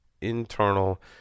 internal